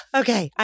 okay